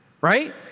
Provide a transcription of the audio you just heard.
right